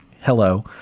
Hello